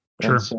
Sure